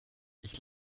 ich